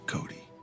Cody